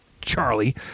Charlie